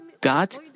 God